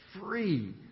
free